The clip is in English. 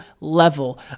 level